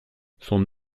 son